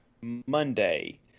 Monday